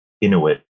Inuit